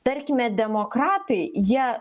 tarkime demokratai jie